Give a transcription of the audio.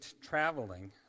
traveling